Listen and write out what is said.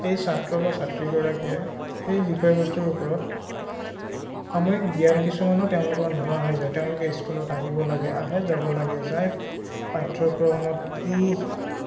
সেই ছাত্ৰ বা ছাত্ৰীগৰাকীয়ে সেই বিষয়বস্তুৰ ওপৰত সাময়িক জ্ঞান কিছুমানো তেওঁলোকৰ নোহোৱা হৈ যায় তেওঁলোকে স্কুলত আহিব লাগে আহে যাব লাগে যায় পাঠ্যক্ৰমত কি